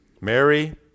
Mary